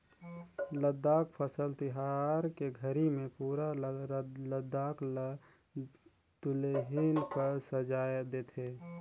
लद्दाख फसल तिहार के घरी मे पुरा लद्दाख ल दुलहिन कस सजाए देथे